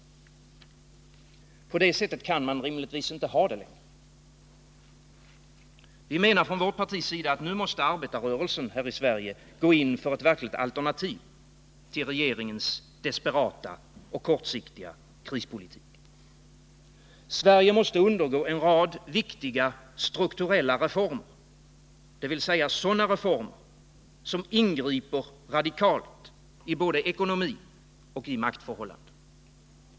På det sättet kan man rimligtvis inte ha det längre. Vi menar från vårt partis sida att nu måste arbetarrörelsen här i Sverige gå in för ett verkligt alternativ till regeringens desperata och kortsiktiga krispolitik. Sverige måste undergå en rad viktiga strukturella reformer, dvs. sådana reformer som ingriper radikalt i både ekonomi och maktförhållanden.